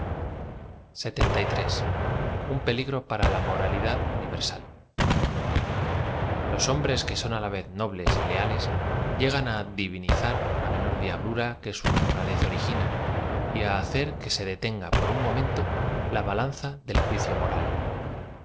l un peligro para la m oralidad universal loa hombres que son á la v e z nobles y leales lle gan á divin izar la menor diablura que su honradez origina y á hacer que se detenga por un momento la balanza del juicio moral